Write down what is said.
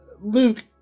Luke